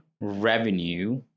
revenue